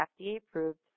FDA-approved